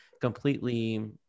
completely